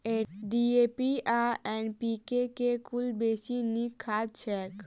DAP आ NPK मे कुन बेसी नीक खाद छैक?